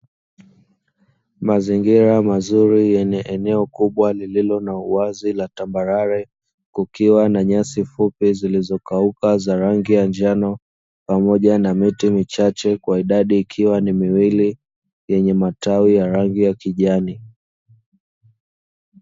Mazingira mazuri yenye eneo kubwa lililo na uwazi la tambarare, kukiwa na nyasi fupi zilizokauka za rangi ya njano, pamoja na miti michache kwa idadi ikiwa ni miwili yenye matawi ya rangi ya kijani.